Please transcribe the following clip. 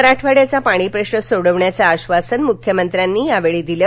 मराठवाड्याचा पाणी प्रश्न सोडवण्याचं आश्वासन मुख्यमंत्र्यांनी यावेळी दिलं